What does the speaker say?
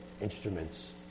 instruments